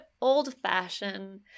old-fashioned